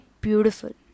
beautiful